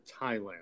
Thailand